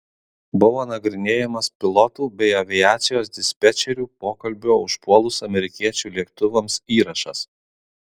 buvo nagrinėjamas pilotų bei aviacijos dispečerių pokalbio užpuolus amerikiečių lėktuvams įrašas